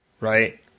right